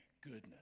goodness